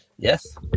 Yes